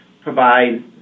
provide